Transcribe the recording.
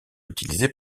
utilisé